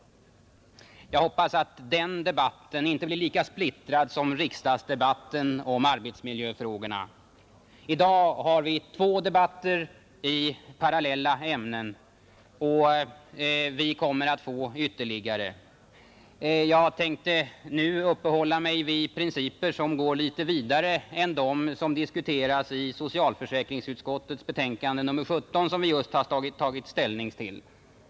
Jag hoppas att den debatten inte blir lika splittrad som riksdagsdebatten om arbetsmiljöfrågorna. I dag-har vi två debatter i parallella ämnen, och vi kommer att få ytterligare. Jag tänker nu uppehålla mig vid principer, som går litet längre än de som diskuteras i socialförsäkringsutskottets betänkande nr 17, vilket vi nyss har tagit ställning till.